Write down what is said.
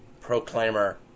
proclaimer